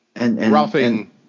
roughing